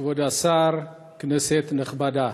כבוד השר, כנסת נכבדה,